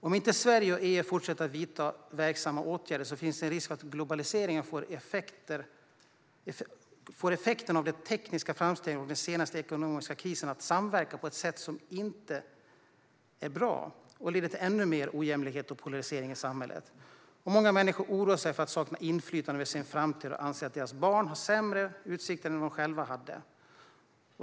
Om inte Sverige och EU fortsätter att vidta verksamma åtgärder finns det en risk för att globaliseringen får effekterna av de tekniska framstegen och den senaste ekonomiska krisen att samverka på ett sätt som inte är bra och leder till ännu mer ojämlikhet och polarisering i samhället. Många människor oroar sig för att sakna inflytande över sin framtid och anser att deras barn har sämre utsikter än vad de själva hade.